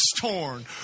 torn